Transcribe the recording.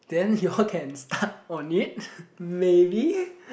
then you all can start on it maybe